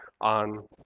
on